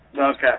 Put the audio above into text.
Okay